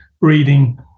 reading